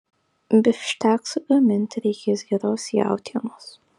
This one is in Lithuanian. bifšteksui gaminti reikės geros jautienos